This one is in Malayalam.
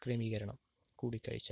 ക്രമീകരണം കൂടിക്കാഴ്ച